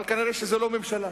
אבל נראה שזו לא ממשלה.